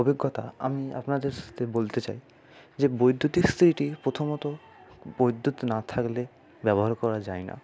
অভিজ্ঞতা আমি আপনাদের সাথে বলতে চাই যে বৈদ্যুতিক ইস্ত্রিটি প্রথমত বৈদ্যুত না থাকলে ব্যবহার করা যায় না